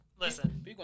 Listen